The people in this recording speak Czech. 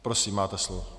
Prosím, máte slovo.